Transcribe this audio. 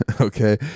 Okay